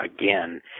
again